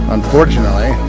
Unfortunately